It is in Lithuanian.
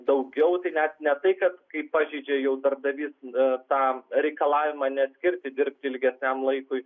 daugiau tai net ne tai kad kai pažeidžia jau darbdavys tą reikalavimą neskirti dirbti ilgesniam laikui